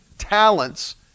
talents